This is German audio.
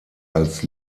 als